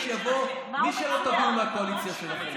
שיבואו מי שלא יבואו מהקואליציה שלכם,